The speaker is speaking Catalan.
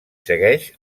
segueix